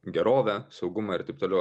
gerovę saugumą ir taip toliau